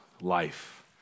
life